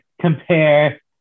compare